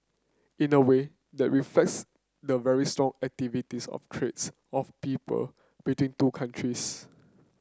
in a way that reflects the very strong activities of trades of people between two countries